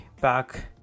back